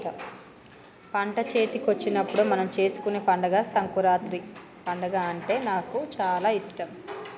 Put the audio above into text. పంట చేతికొచ్చినప్పుడు మనం చేసుకునే పండుగ సంకురాత్రి పండుగ అంటే నాకు చాల ఇష్టం